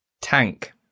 Tank